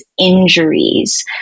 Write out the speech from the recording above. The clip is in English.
injuries